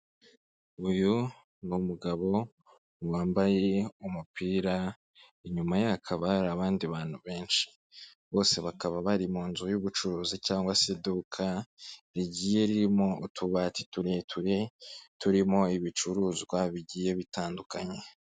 Uyu ni umugabo wambaye umupira, inyuma ye hakaba hari abandi bantu benshi, bose bakaba bari mu nzu y'ubucuruzi cyangwa se iduka rigiye ririmo utubati tureture turimo ibicuruzwa bigiye bitandukanye.